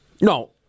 No